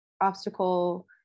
obstacle